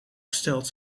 gesteld